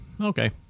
Okay